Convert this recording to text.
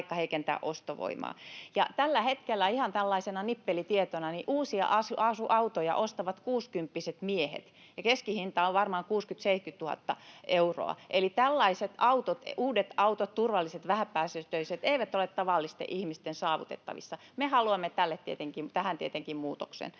taikka heikentää ostovoimaa. Tällä hetkellä — ihan tällaisena nippelitietona — uusia autoja ostavat kuusikymppiset miehet ja keskihinta on varmaan 60 000—70 000 euroa, eli tällaiset uudet turvalliset, vähäpäästöiset autot eivät ole tavallisten ihmisten saavutettavissa. [Atte Harjanne: Siinä oli mielenkiintoinen